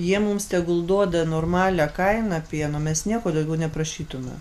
jie mums tegul duoda normalią kainą pieno mes nieko daugiau neprašytume